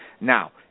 Now